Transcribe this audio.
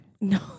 No